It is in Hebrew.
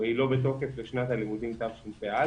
היא לא בתוקף לשנת הלימודים תשפ"א,